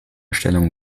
stellung